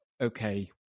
okay